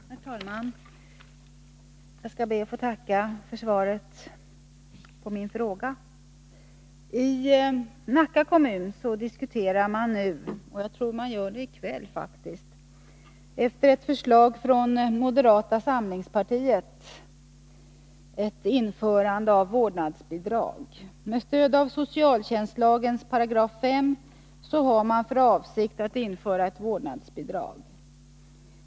Herr talman! Jag skall be att få tacka för svaret på min fråga. I Nacka kommun diskuterar man nu — jag tror att man gör det i kväll — ett förslag från moderata samlingspartiet om införande av vårdnadsbidrag. Med stöd av socialtjänstlagens 5 § har man för avsikt att införa vårdnadsbidrag.